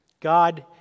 God